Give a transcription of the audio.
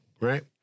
right